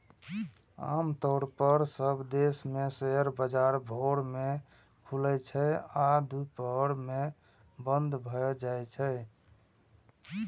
आम तौर पर सब देश मे शेयर बाजार भोर मे खुलै छै आ दुपहर मे बंद भए जाइ छै